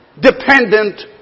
dependent